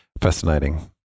fascinating